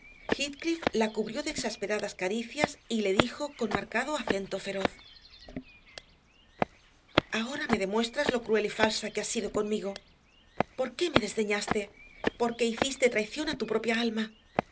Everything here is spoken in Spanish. la cubrió de exasperadas caricias y le dijo con marcado acento feroz ahora me demuestras lo cruel y falsa que has sido conmigo por qué me desdeñaste por qué hiciste traición a tu propia alma